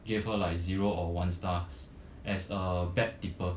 gave her like zero or one stars as a bad tipper